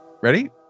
ready